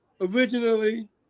originally